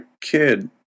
kid